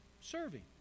serving